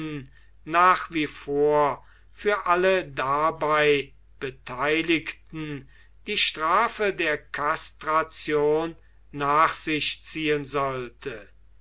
nach wie vor für alle dabei beteiligten die strafe der kastration nach sich ziehen sollte